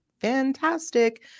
fantastic